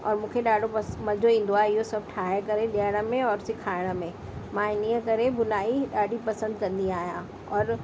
और मूंखे ॾाढो बसि मज़ो ईंदो आहे इहो सभु ठाहे करे ॾियण में और सेखारण में मां इन्हीअ करे भुनाई ॾाढी पसंदि कंदी आहियां और